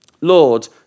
Lord